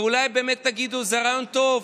ואולי באמת תגידו: זה רעיון טוב.